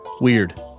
Weird